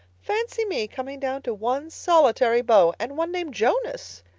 fancy me coming down to one solitary beau. and one named jonas!